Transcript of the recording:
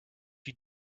you